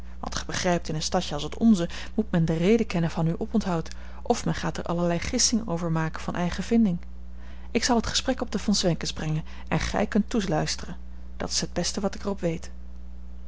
want gij begrijpt in een stadje als het onze moet men de reden kennen van uw oponthoud of men gaat er allerlei gissingen over maken van eigen vinding ik zal t gesprek op de von zwenkens brengen en gij kunt toeluisteren dat is het beste wat ik er op weet